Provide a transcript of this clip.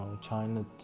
China